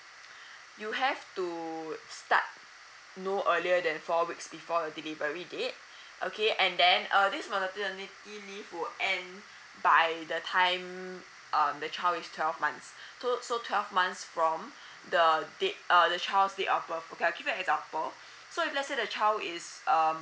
you have to start no earlier than four weeks before your delivery date okay and then uh this maternity leave will end by the time um the child is twelve months so so twelve months from the date uh the child's date of birth okay I'll give you an example so if let's say the child is um